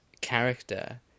character